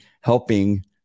helping